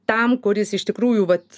tam kuris iš tikrųjų vat